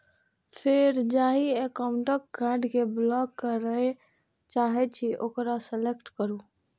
फेर जाहि एकाउंटक कार्ड कें ब्लॉक करय चाहे छी ओकरा सेलेक्ट करू